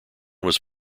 was